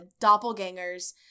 doppelgangers